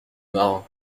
marin